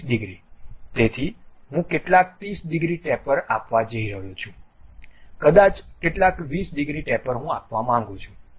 તેથી હું કેટલાક 30 ડિગ્રી ટેપર આપવા જઇ રહ્યો છું કદાચ કેટલાક 20 ડિગ્રી ટેપર હું આપવા માંગું છું